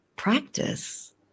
Practice